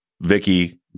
Vicky